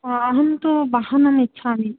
अहं तु वाहनम् इच्छामि